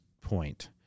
point